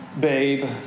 Babe